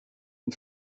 und